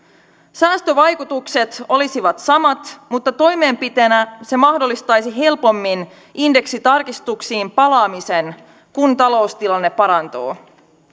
säästövaikutukset olisivat samat mutta toimenpiteenä se mahdollistaisi helpommin indeksitarkistuksiin palaamisen kun taloustilanne parantuu